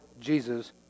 Jesus